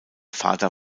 vater